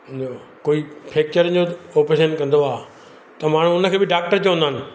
कोई फेक्चरनि जो ओपरेशन कंदो आहे त माण्हू उनखे बि डाक्टर चवंदा आहिनि